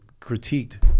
critiqued